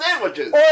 sandwiches